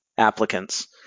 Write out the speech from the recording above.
applicants